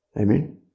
Amen